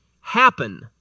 happen